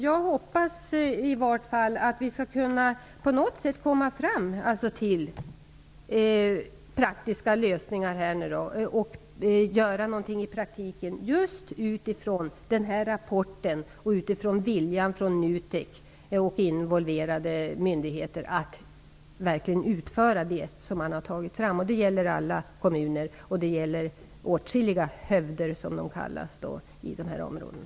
Jag hoppas åtminstone att vi på något sätt skall komma fram till praktiska lösningar och göra något i praktiken mot bakgrund av den här rapporten och viljan hos NUTEK och involverade myndigheter att verkligen genomföra förslagen. Det gäller alla kommuner. Det gäller åtskilliga hövder i dessa områden.